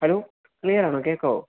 hello ക്ലിയറാണോ കേള്ക്കാമോ